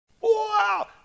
Wow